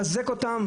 לחזק אותם.